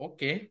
Okay